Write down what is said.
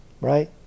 Right